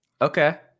Okay